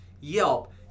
Yelp